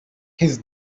his